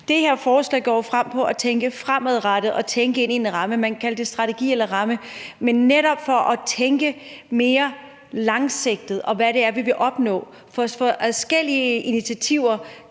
Det her forslag går jo ud på at tænke fremadrettet og tænke ind i en ramme – man kan kalde det strategi eller ramme – men netop for at tænke mere langsigtet på, hvad det er, vi vil opnå. For adskillige initiativer